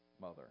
mother